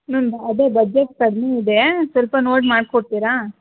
ma'am ಅದೇ budget ಕಡಿಮೆ ಇದೆ ಸ್ವಲ್ಪ ನೋಡಿ ಮಾಡ್ಕೊಡ್ತೀರಾ